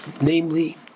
Namely